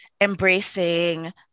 embracing